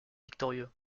victorieux